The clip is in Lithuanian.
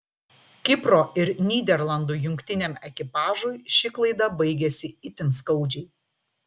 kipro ir nyderlandų jungtiniam ekipažui ši klaida baigėsi itin skaudžiai